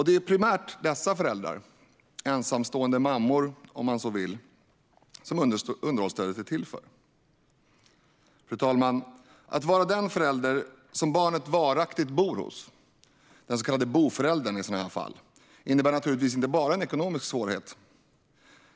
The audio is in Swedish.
Det är primärt dessa föräldrar - ensamstående mammor, om man så vill - som underhållsstödet är till för. Fru talman! Att vara den förälder som barnet varaktigt bor hos, den så kallade boföräldern, innebär naturligtvis inte bara en ekonomisk svårighet.